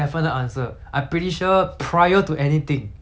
okay 你问那个人 hor 已经跟你讲过一次 liao